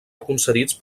concedits